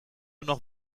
noch